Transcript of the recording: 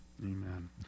Amen